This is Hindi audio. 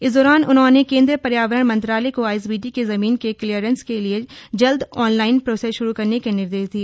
इस दौरान उन्होंने केंद्रीय पर्यावरण मंत्रालय को आईएसबीटी की जमीन के क्लीयरेंस के लिए जल्द ऑनलाइन प्रोसेस श्रू करने के निर्देश दिए